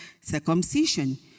circumcision